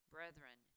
Brethren